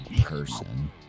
person